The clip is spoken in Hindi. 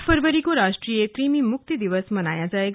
आठ फरवरी को राष्ट्रीय कृमि मुक्ति दिवस मनाया जायेगा